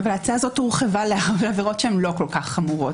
אבל ההצעה הזאת הורחבה לעבירות שהן לא כל כך חמורות